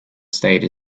state